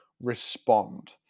respond